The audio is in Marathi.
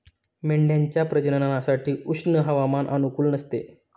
मेंढ्यांच्या प्रजननासाठी उष्ण हवामान अनुकूल नसते